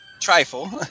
Trifle